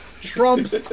trumps